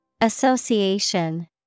Association